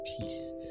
peace